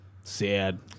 Sad